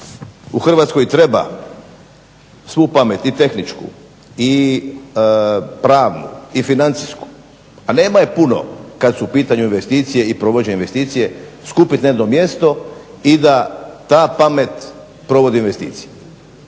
u Hrvatskoj treba svu pamet i tehničku i pravnu i financijsku, a nema je puno kad su u pitanju investicije i provođenje investicije, skupit na jedno mjesto i da ta pamet provodi investicije.